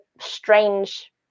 strange